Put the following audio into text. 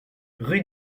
rue